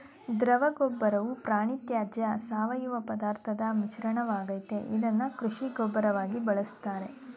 ದ್ರವಗೊಬ್ಬರವು ಪ್ರಾಣಿತ್ಯಾಜ್ಯ ಸಾವಯವಪದಾರ್ಥದ್ ಮಿಶ್ರಣವಾಗಯ್ತೆ ಇದ್ನ ಕೃಷಿ ಗೊಬ್ಬರವಾಗಿ ಬಳುಸ್ತಾರೆ